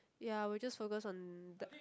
ya I will just focus on dan~